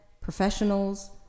professionals